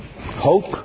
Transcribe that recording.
Hope